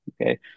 okay